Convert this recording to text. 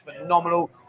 phenomenal